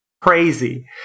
crazy